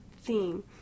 theme